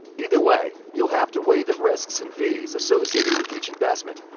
either way, you'll have to weigh the risks and fees associated with each investment.